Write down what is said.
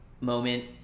moment